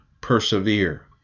persevere